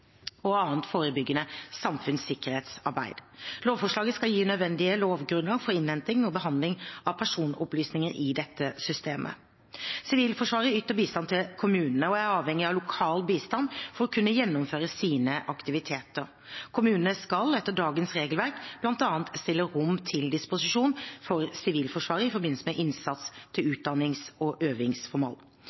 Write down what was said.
og annet forebyggende samfunnssikkerhetsarbeid. Lovforslaget skal gi nødvendige lovgrunnlag for innhenting og behandling av personopplysninger i dette systemet. Sivilforsvaret yter bistand til kommunene og er avhengig av lokal bistand for å kunne gjennomføre sine aktiviteter. Kommunene skal etter dagens regelverk bl.a. stille rom til disposisjon for Sivilforsvaret i forbindelse med innsats og til utdannings- og øvingsformål.